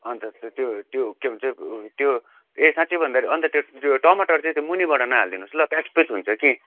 अन्त त्यो त्यो के भन्छ उत्यो ए साँच्ची भन्दा अन्त त्यो त्यो टमाटर चाहिँ त्यो मुनिबाट नहाली दिनुहोस् ल प्याजपिट हुन्छ कि